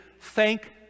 thank